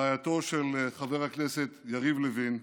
רעייתו של חבר הכנסת יריב לוין,